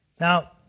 Now